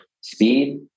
Speed